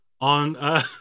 on